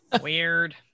Weird